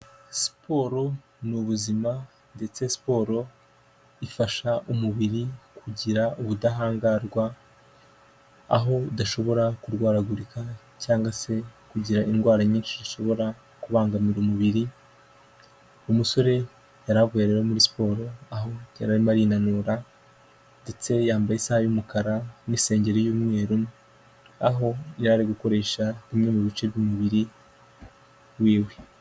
Siporo ni ubuzima ndetse siporo ifasha umubiri kugira ubudahangarwa, aho udashobora kurwaragurika cyangwa se kugira indwara nyinshi zishobora kubangamira umubiri, umusore yari avuye rero muri siporo aho yara arimo arinanura, ndetse yambaye isaha y'umukara n'insengeri y'umweru aho yari gukoresha bimwe mu bice by'umubiri w'iwe.